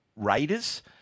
Raiders